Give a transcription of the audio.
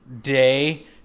day